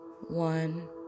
One